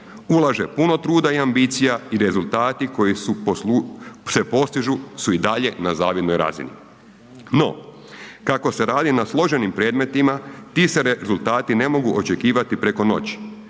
ulaže puno truda i ambicija i rezultati koji se postižu su i dalje na zavidnoj razini. No, kako se radi na složenim predmetima ti se rezultati ne mogu očekivati preko noći,